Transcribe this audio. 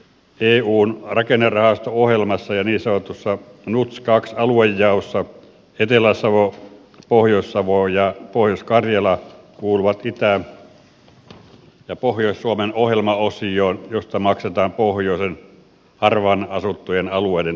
eun rakennerahasto ohjelmassa ja niin sanotussa nuts ii aluejaossa etelä savo pohjois savo ja pohjois karjala kuuluvat itä ja pohjois suomen ohjelmaosioon josta maksetaan pohjoisen harvaan asuttujen alueiden tukea